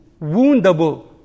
woundable